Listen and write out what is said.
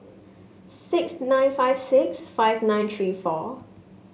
six nine five six five nine three four